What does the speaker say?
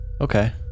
Okay